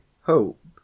hope